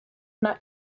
not